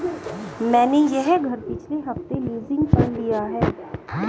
मैंने यह घर पिछले हफ्ते लीजिंग पर लिया है